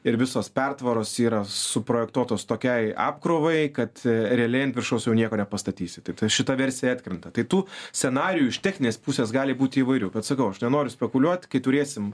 ir visos pertvaros yra suprojektuotos tokiai apkrovai kad realiai ant viršaus jau nieko nepastatysi tiktai šita versija atkrenta tai tų scenarijų iš techninės pusės gali būti įvairių atsakau aš nenoriu spekuliuot kai turėsim